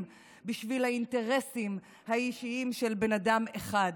בשביל האינטרסים האישיים של בן אדם אחד.